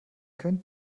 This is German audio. könnt